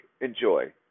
Enjoy